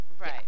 right